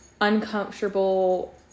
uncomfortable